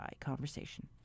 Conversation